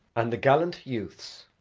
and the gallant youths,